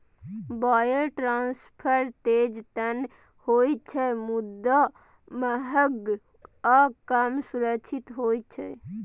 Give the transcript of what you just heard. wire transfer तेज तं होइ छै, मुदा महग आ कम सुरक्षित होइ छै